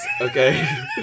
okay